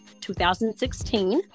2016